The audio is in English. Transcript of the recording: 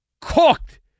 cooked